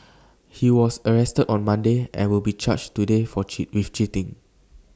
he was arrested on Monday and will be charged today with cheating